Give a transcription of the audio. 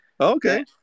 Okay